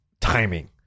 timing